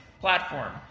platform